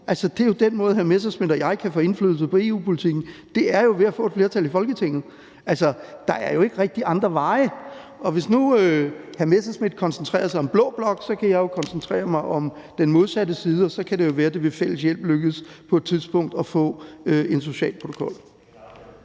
Det er jo den måde, hr. Morten Messerschmidt og jeg kan få indflydelse på EU-politikken på; det er jo ved at få et flertal i Folketinget. Altså, der er jo ikke rigtig andre veje. Og hvis nu hr. Morten Messerschmidt koncentrerer sig om blå blok, kan jeg jo koncentrere mig om den modsatte side, og så kan det jo være, at det ved fælles hjælp lykkes på et tidspunkt at få en social protokol.